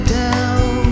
down